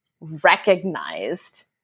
recognized